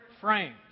frames